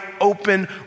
open